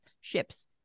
ships